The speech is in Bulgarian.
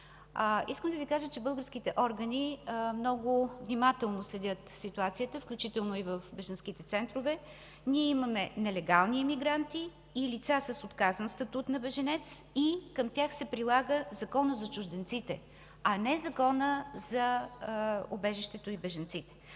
Искам да Ви кажа, че българските органи много внимателно следят ситуацията, включително и в бежанските центрове. Ние имаме нелегални емигранти и лица с отказан статут на бежанец и към тях се прилага Законът за чужденците, а не Законът за убежището и бежанците.